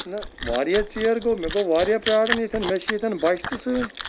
نہ واریاہ ژیر گوٚو مےٚ گوٚو واریاہ پیاران ییٚتیتھ مےٚ چھِ ییٚتیتھ بَچہِ تہِ سۭتۍ